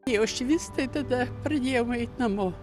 ėjo švist tai tada pradėjom eit namo